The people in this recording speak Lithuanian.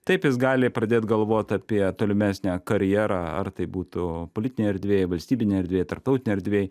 taip jis gali pradėt galvot apie tolimesnę karjerą ar tai būtų politinėj erdvėj valstybinėj erdvėj tarptautinėj erdvėj